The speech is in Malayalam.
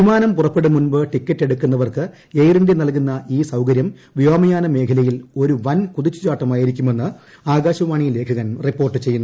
വിമാനം പുറപ്പെടും മുമ്പ് ടിക്കറ്റെടുക്കുന്നവർക്ക് എയർ ഇന്തൃ നൽകുന്ന ഈ സൌകരൃം വ്യോമയാന മേഖലയിൽ ഒരു വൻ കുതിച്ചുചാട്ടമായിരിക്കുമെന്ന് ആകാശവാണി ലേഖകൻ റിപ്പോർട്ട് ചെയ്യുന്നു